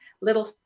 little